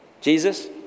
Jesus